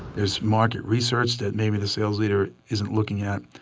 there's market research that maybe the sales leader isn't looking at.